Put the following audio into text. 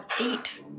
eight